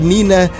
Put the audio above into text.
Nina